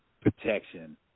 protection